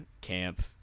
camp